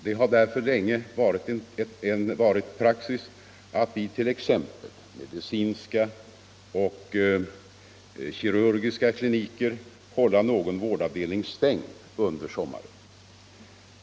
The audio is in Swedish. Det har därför länge varit praxis att vid t.ex. medicinska och kirurgiska kliniker hålla någon vårdavdelning stängd under sommaren.